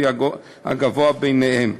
הגבוה בהם.